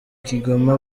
kigoma